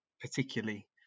particularly